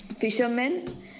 fishermen